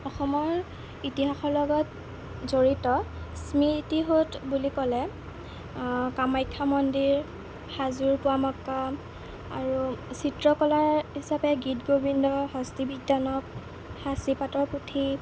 অসমৰ ইতিহাসৰ লগত জড়িত স্মৃতিসৌধ বুলি ক'লে কামাখ্যা মন্দিৰ হাজোৰ পুৱামক্কা আৰু চিত্ৰকলাৰ হিচাপে গীত গোবিন্দ হস্তী বিদ্যানত সাঁচিপাতৰ পুথি